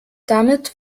damit